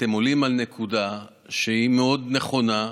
אתם עולים על נקודה שהיא מאוד נכונה,